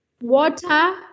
water